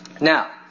Now